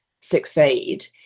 succeed